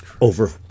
over